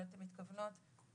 בגלל שאתן מתכוונות להוסיף,